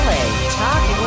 Talk